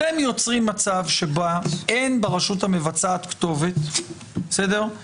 אתם יוצרים מצב שבו אין ברשות המבצעת כתובת לאותם